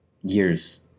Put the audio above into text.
years